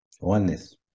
oneness